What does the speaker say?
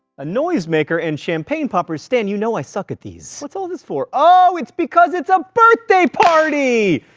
a noisemaker and champagne poppers? stan, you know i suck at these. what's all this for? ohhh, it's because it's a birthday party!